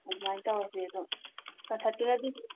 ꯑꯗꯨꯃꯥꯏ ꯇꯧꯔꯁꯦ ꯑꯗꯣ ꯀꯟꯁꯠꯇꯨꯅꯗꯤ